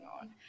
on